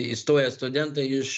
įstoję studentai iš